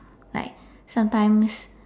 like sometimes